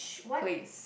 place